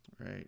Right